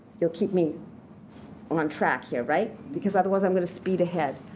you'll keep me on track here, right? because otherwise i'm going to speed ahead.